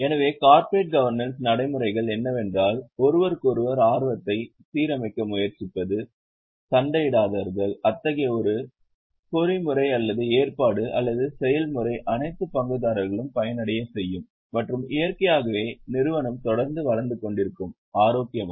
எனவே corporate governance நடைமுறைகள் என்னவென்றால் ஒருவருக்கொருவர் ஆர்வத்தை சீரமைக்க முயற்சிப்பது சண்டையிடாதவர்கள் அத்தகைய ஒரு பொறிமுறை அல்லது ஏற்பாடு அல்லது செயல்முறையை அனைத்து பங்குதாரர்களும் பயனடையச் செய்யும் மற்றும் இயற்கையாகவே நிறுவனம் தொடர்ந்து வளர்ந்து கொண்டிருக்கும் ஆரோக்கியமாக